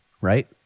right